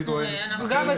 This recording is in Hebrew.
אני טוען אחרת,